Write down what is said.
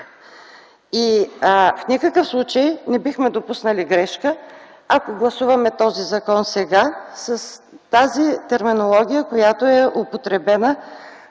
В никакъв случай не бихме допуснали грешка, ако гласуваме този закон сега с терминологията, която е употребена,